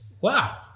wow